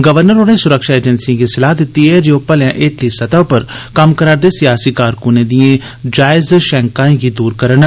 governor होरें सुरक्षा एजेंसिएं गी सलाह् दित्ती ऐ जे ओह् भलेआं हेठली सतह उप्पर कम्म करा'रदे सियासी कारकुनें दिएं जायज शैंकाएं गी दूर करन